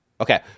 okay